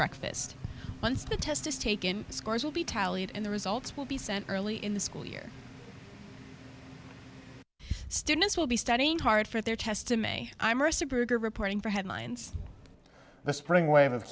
breakfast once the test is taken scores will be tallied and the results will be sent early in the school year students will be studying hard for their test to me i'm reporting for headlines this spring wave of